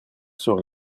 sur